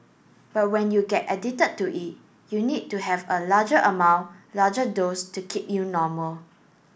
but when you get addicted to it you need to have a larger amount larger dose to keep you normal